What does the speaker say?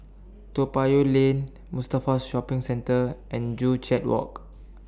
Toa Payoh Lane Mustafa Shopping Centre and Joo Chiat Walk